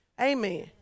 Amen